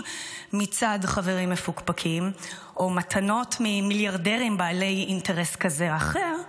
מצד חברים מפוקפקים או מתנות ממיליארדרים בעלי אינטרס כזה או אחר,